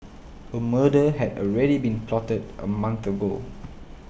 a murder had already been plotted a month ago